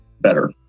better